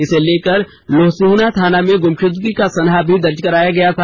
इसे लेकर लोहसिंहना थाना में गुमशुदगी का सनहा भी दर्ज कराया गया था